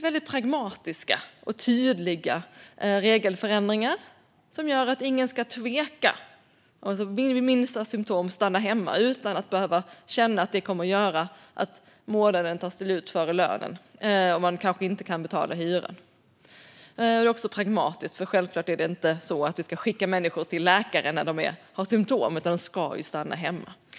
Det är pragmatiska och tydliga regeländringar som gör att ingen ska tveka att stanna hemma vid minsta symtom för att de känner att det kommer att göra att lönen tar slut före månadens slut och att de kanske inte kan betala hyran. Det är också pragmatiskt att vi inte skickar människor till läkare när de har symtom. De ska självklart stanna hemma.